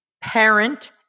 parent